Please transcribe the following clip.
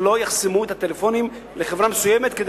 שלא יחסמו את הטלפונים לחברה מסוימת כדי